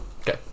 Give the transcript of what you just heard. Okay